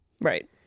Right